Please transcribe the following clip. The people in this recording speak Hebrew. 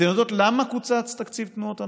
אתן יודעות למה קוצץ תקציב תנועות הנוער?